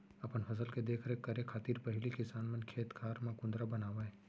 अपन फसल के देख रेख करे खातिर पहिली किसान मन खेत खार म कुंदरा बनावय